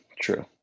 True